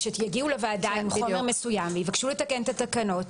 כשיגיעו לוועדה עם חומר מסוים יבקשו לתקן את התקנות,